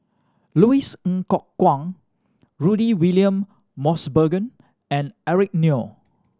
Louis Ng Kok Kwang Rudy William Mosbergen and Eric Neo